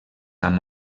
amb